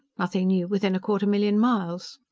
nothing new within a quarter million miles.